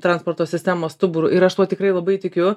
transporto sistemos stuburu ir aš tuo tikrai labai tikiu